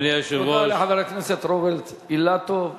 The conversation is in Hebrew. תודה רבה לך, חבר הכנסת רוברט אילטוב.